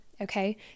okay